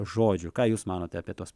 žodžių ką jūs manote apie tuos